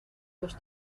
los